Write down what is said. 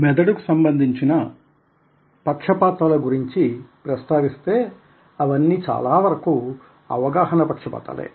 మెదడుకు సంబంధించిన పక్షపాతాల గురించి ప్రస్తావిస్తే అవన్నీ చాలా వరకు అవగాహన పక్షపాతాలే